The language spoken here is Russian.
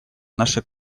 наше